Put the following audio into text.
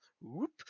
whoop